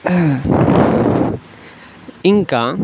ఇంకా